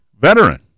veteran